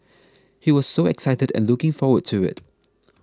he was so excited and looking forward to it